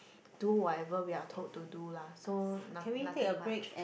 do whatever we are told to do lah so no~ nothing much